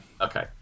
Okay